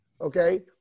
okay